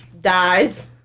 Dies